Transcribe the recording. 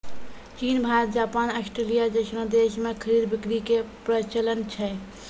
चीन Bharat Japan Australia जैसनो देश मे खरीद बिक्री के प्रचलन छै